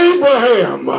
Abraham